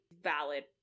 valid